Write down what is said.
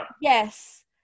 Yes